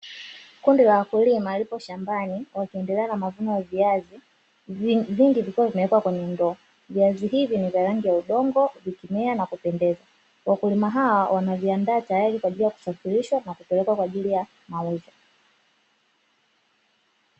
Kundi la wakulima lipo shambani, wakiendelea na mavuno ya viazi; vingi vikiwa vimewekwa kwenye ndoo. Viazi hivi ni vya rangi ya udongo vikimea na kupendeza. Wakulima hawa wanaviandaa tayari kwa ajili ya kusafirishwa na kupeleka kwa ajili ya mauzo.